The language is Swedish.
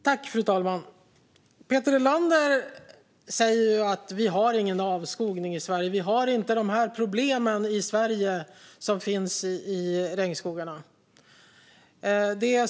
Fru talman! Peter Helander säger att vi inte har någon avskogning i Sverige och att vi i Sverige inte har de problem som finns i regnskogarna.